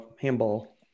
handball